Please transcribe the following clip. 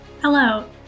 Hello